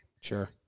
sure